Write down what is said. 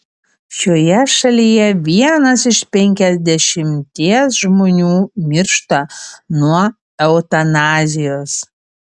šioje šalyje vienas iš penkiasdešimties žmonių miršta nuo eutanazijos